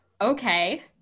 Okay